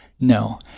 No